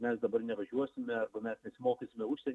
mes dabar nevažiuosime arba mes nesimokysime užsieny